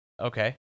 okay